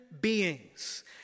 beings